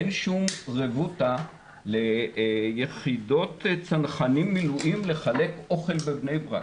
אין שום רבותא ליחידות צנחנים במילואים לחלק אוכל בבני ברק.